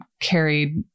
carried